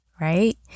right